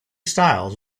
styles